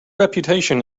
reputation